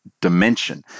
dimension